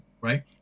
Right